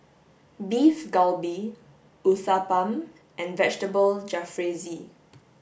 beef galbi Uthapam and Vegetable Jalfrezi